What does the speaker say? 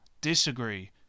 Disagree